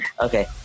okay